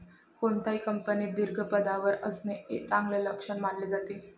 कोणत्याही कंपनीत दीर्घ पदावर असणे हे चांगले लक्षण मानले जाते